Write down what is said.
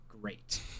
great